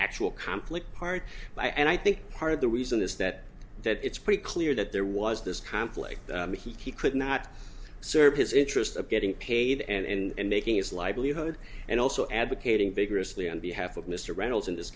actual conflict part by and i think part of the reason is that that it's pretty clear that there was this conflict he could not serve his interest of getting paid and making his livelihood and also advocating vigorously on behalf of mr reynolds in this